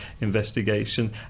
investigation